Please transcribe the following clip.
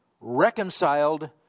reconciled